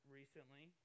recently